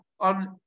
On